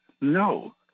no